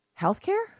healthcare